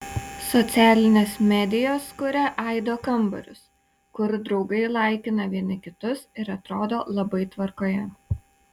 socialinės medijos kuria aido kambarius kur draugai laikina vieni kitus ir atrodo labai tvarkoje